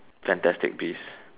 fantastic beast